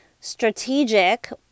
strategic